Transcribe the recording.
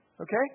okay